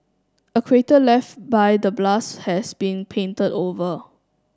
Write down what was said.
a crater left by the blast has been painted over